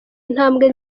intambwe